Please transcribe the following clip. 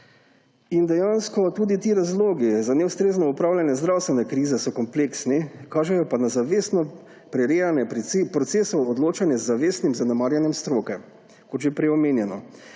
Dejansko so tudi ti razlogi za neustrezno upravljanje zdravstvene krize kompleksni, kažejo pa na zavestno prirejanje procesov odločanja z zavestnim zanemarjanjem stroke, kot je bilo